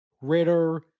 Ritter